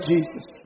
Jesus